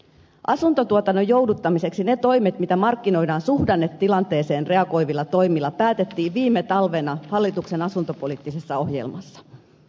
asuntotuotannon jouduttamiseksi ne toimet joita markkinoidaan suhdannetilanteeseen reagoivilla toimilla päätettiin viime talvena hallituksen asuntopoliittisessa ohjelmassa